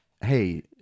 hey